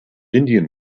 indian